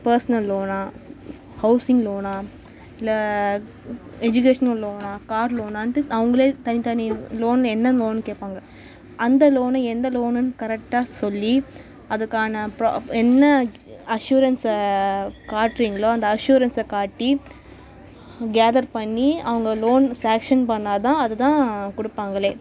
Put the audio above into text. personal லோனா housing லோனா இல்லை எஜுகேஷனல் லோனா கார் லோனான்ட்டு அவங்களே தனித்தனி லோன் என்ன லோனுன்னு கேட்பாங்க அந்த லோனு எந்த லோனுன்னு கரெக்டாக சொல்லி அதுக்கான என்ன அஷூரென்ஸை காட்டுறீங்களோ அந்த அஷூரென்ஸை காட்டி கேதர் பண்ணி அவங்க லோன் ஸேங்ஷன் பண்ணால் தான் அதுதான் கொடுப்பாங்களே